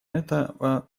этого